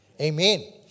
Amen